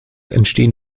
entstehen